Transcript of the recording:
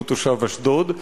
שהוא תושב אשדוד,